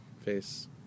face